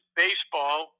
baseball